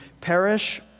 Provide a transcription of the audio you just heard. perish